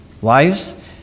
Wives